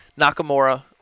Nakamura